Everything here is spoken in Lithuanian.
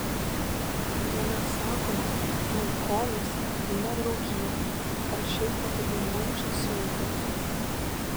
jame sakoma jog choras tai ne draugija ar šiaip kokia dainuojančių sueiga